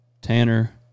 Tanner